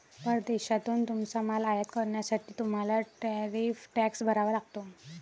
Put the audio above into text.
परदेशातून तुमचा माल आयात करण्यासाठी तुम्हाला टॅरिफ टॅक्स भरावा लागतो